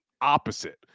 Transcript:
opposite